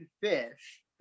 fish